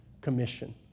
commission